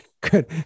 Good